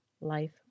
life